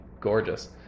gorgeous